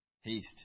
Haste